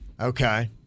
Okay